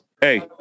Hey